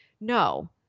No